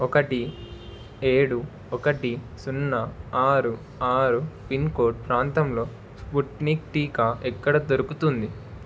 ఒకటి ఏడు ఒకటి సున్నా ఆరు ఆరు పిన్కోడ్ ప్రాంతంలో స్పుత్నిక్ టీకా ఎక్కడ దొరుకుతుంది